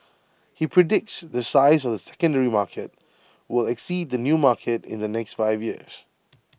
he predicts the size of the secondary market will exceed the new market in the next five years